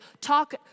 talk